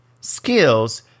skills